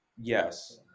yes